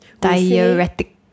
Diuretic